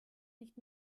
nicht